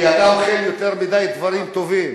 כי אתה אוכל יותר מדי דברים טובים.